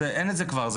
אין את זה כבר,